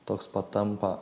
toks patampa